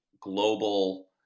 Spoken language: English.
global